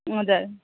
हजुर